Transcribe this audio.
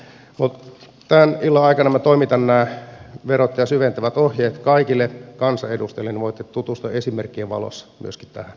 mutta tämän illan aikana minä toimitan nämä verottajan syventävät ohjeet kaikille kansanedustajille niin voitte tutustua esimerkkien valossa myöskin tähän